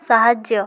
ସାହାଯ୍ୟ